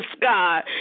God